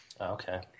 Okay